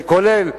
זה כולל,